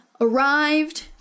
arrived